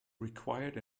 required